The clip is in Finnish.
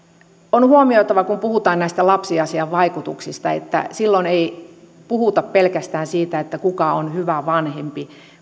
on huomioitava kun puhutaan näistä lapsiasiain vaikutusarvioinneista että silloin ei puhuta pelkästään siitä kuka on hyvä vanhempi